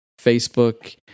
Facebook